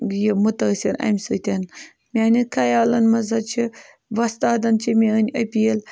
یہِ مُتٲثر امہِ سۭتۍ میانٮ۪ن خیالَن منٛز حظ چھِ وۄستادَن چھِ میٲنۍ أپیٖل